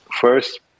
first